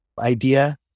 idea